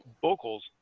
vocals